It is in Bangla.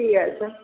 ঠিক আছে